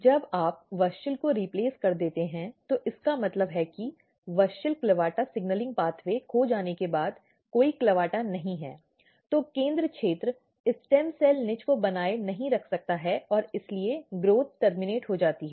जब आप WUSCHEL को रिप्लेस कर देते हैं तो इसका मतलब है कि WUSCHEL CLAVATA सिग्नलिंग मार्ग खो जाने के बाद कोई CLAVATA नहीं है तो केंद्र क्षेत्र स्टेम सेल निच को बनाए नहीं रख सकता है और इसीलिए ग्रोथ टर्मिनेट हो जाती है